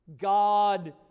God